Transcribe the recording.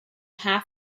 half